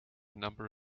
number